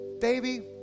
Baby